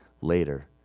later